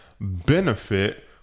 benefit